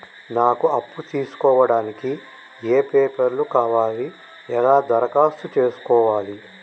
నాకు అప్పు తీసుకోవడానికి ఏ పేపర్లు కావాలి ఎలా దరఖాస్తు చేసుకోవాలి?